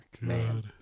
man